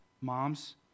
Moms